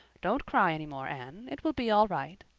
don't cry any more, anne. it will be all right.